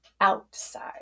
outside